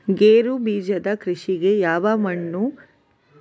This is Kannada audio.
ಗೇರುಬೀಜದ ಕೃಷಿಗೆ ಯಾವ ಮಣ್ಣು ಒಳ್ಳೆಯದು ಮತ್ತು ಮೆಕ್ಕಲು ಮಣ್ಣಿನಿಂದ ಕೃಷಿಗೆ ಉಪಯೋಗ ಆಗುತ್ತದಾ?